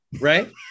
right